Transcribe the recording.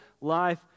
life